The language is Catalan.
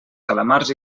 calamars